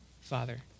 Father